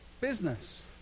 business